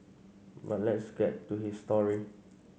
but let's get to his story